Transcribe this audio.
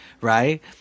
right